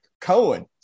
Cohen